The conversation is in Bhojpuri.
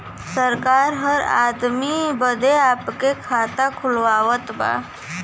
सरकार हर आदमी बदे आपे खाता खुलवावत बा